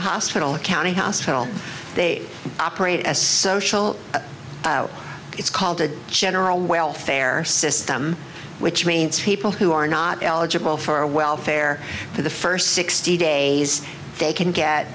a hospital a county hospital they operate as social it's called the general welfare system which means people who are not eligible for welfare for the first sixty days they can get